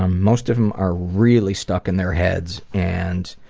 ah most of them are really stuck in their heads and